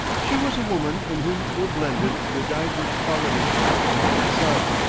she was a woman in whom were blended the diverse qualities of her eminent son,